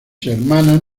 hermanas